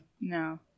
No